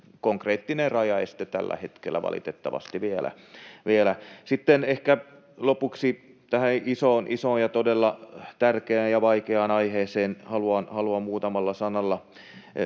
konkreettinen rajaeste tällä hetkellä valitettavasti vielä. Sitten ehkä lopuksi tähän isoon ja todella tärkeään ja vaikeaan aiheeseen haluan muutamalla sanalla